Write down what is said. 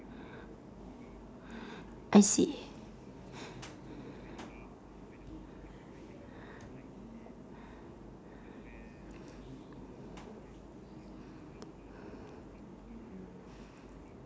I see